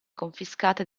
confiscate